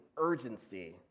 urgency